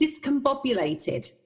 discombobulated